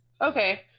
okay